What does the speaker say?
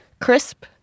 crisp